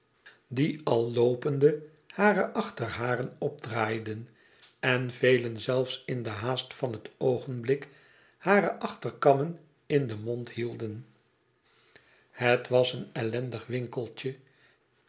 die al loopende hare achterharen opdraaiden en velen zelfs in de haast van het oogenblik hare achterkammenin den mond hielden het was een ellendig winkeltje